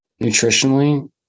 nutritionally